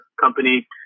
company